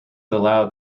allowed